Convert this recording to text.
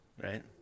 right